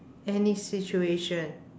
any situation